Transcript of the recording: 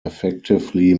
effectively